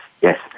yes